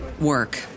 work